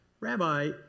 Rabbi